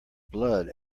blood